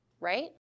right